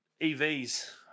EVs